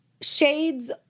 shades